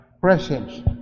presence